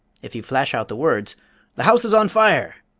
if you flash out the words the house's on fire!